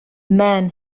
man